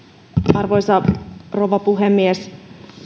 arvoisa rouva puhemies